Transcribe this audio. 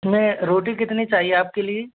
नहीं रोटी कितनी चाहिए आपके लिए